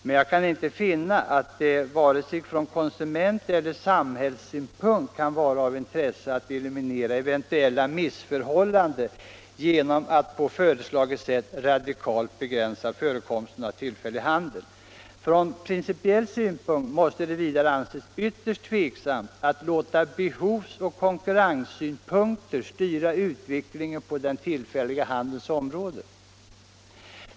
Men jag kan inte finna att det vare sig från konsumenteller samhällssynpunkt kan vara av intresse att eliminera eventuella missförhållanden genom att på föreslaget sätt radikalt begränsa förekomsten av tillfällig handel. Från principiell 151 synpunkt måste det vidare anses ytterst tveksamt att låta behovsoch konkurrenssynpunkter styra utvecklingen på den tillfälliga handelns område.